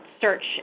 search